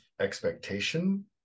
expectation